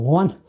one